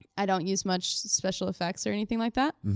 i don't use much special effects or anything like that.